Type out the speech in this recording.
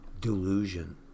delusion